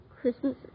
Christmas